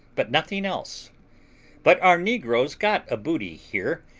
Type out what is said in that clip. but nothing else but our negroes got a booty here,